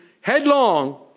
headlong